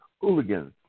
hooligans